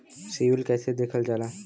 CIBIL कैसे देखल जाला?